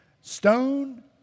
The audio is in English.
Stone